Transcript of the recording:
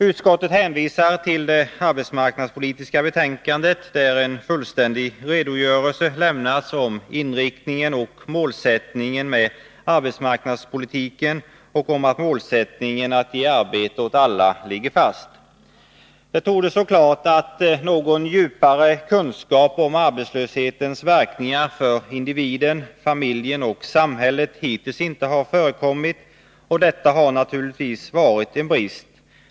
Utskottet hänvisar till det arbetsmarknadspolitiska betänkandet, där en fullständig redogörelse lämnas om inriktningen av arbetsmarknadspolitiken och om att målsättningen att ge arbete åt alla ligger fast. Det torde stå klart att någon djupare kunskap om arbetslöshetens verkningar för individen, familjen och samhället hittills inte har förekommit, och detta har naturligtvis varit en brist.